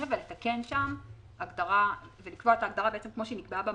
ולקבוע את ההגדרה כמו שהיא נקבעה במקור,